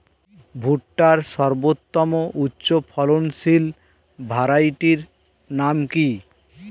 ভুট্টার সর্বোত্তম উচ্চফলনশীল ভ্যারাইটির নাম কি?